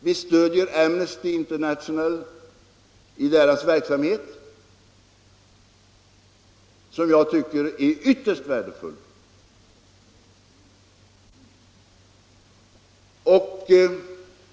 Vi stöder Amnesty International i dess verksamhet som jag tycker är ytterst värdefull.